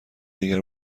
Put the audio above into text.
دیگر